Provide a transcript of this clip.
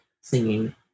singing